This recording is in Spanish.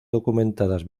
documentadas